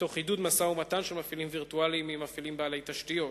תוך עידוד משא-ומתן של מפעילים וירטואליים עם מפעילים בעלי תשתית.